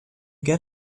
get